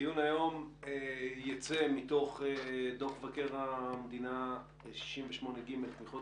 הדיון היום ייצא מתוך דוח מבקר המדינה 68ג' תמיכות